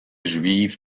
juive